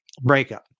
Breakup